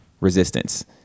resistance